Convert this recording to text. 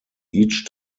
each